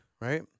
right